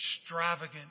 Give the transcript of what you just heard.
extravagant